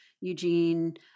Eugene